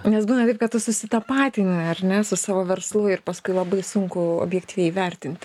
nes būna taip kad tu susitapatini ar ne su savo verslu ir paskui labai sunku objektyviai vertinti